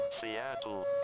Seattle